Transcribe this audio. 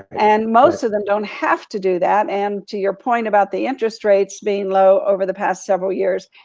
and most of them don't have to do that, and to your point about the interest rates, being low over the past several years,